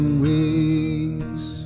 wings